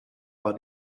war